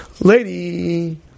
Lady